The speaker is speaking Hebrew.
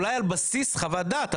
אולי על בסיס חוות דעת,